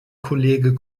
kollege